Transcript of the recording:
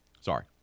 Sorry